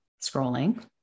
scrolling